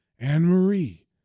Anne-Marie